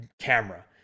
camera